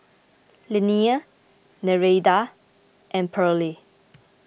Linnea Nereida and Pearle